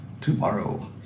tomorrow